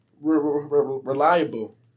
reliable